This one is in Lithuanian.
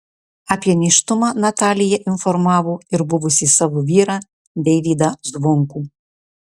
apie nėštumą natalija informavo ir buvusį savo vyrą deivydą zvonkų